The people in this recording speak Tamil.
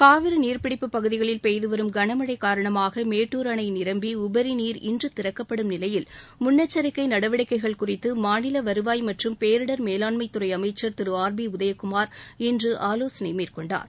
காவிரி நீர்பிடிப்பு பகுதிகளில் பெய்துவரும் கனமழை காரணமாக மேட்டுர் அணை நிரம்பி உபரி நீர் இன்று திறக்கப்படும் நிலையில் முன்னெச்சரிக்கை நடவடிக்கைகள் குறித்து மாநில வருவாய் மற்றும் பேரிடர் மேலாண்மைத்துறை அமைச்சர் திரு ஆர் பி உதயகுமார் இன்று ஆலோசனை மேற்கொண்டார்